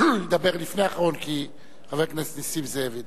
ידבר לפני אחרון כי חבר הכנסת נסים זאב ידבר.